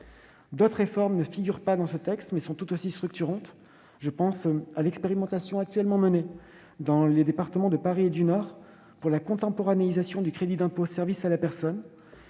D'autres réformes ne figurent pas dans le texte mais sont tout aussi structurantes. Je pense à l'expérimentation en cours dans les départements de Paris et du Nord pour la contemporanéisation du crédit d'impôt au titre des services à la personne,